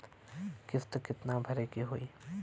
किस्त कितना भरे के होइ?